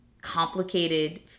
complicated